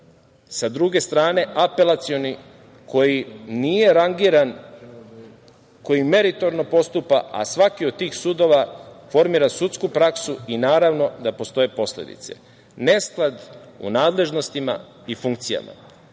Sa druge strane, Apelacioni, koji nije rangiran, koji meritorno postupa, a svaki od tih sudova formira sudsku praksu i naravno da postoje posledice – nesklad u nadležnostima i funkcijama,